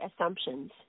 assumptions